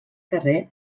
carrer